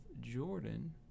Jordan